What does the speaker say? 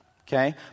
Okay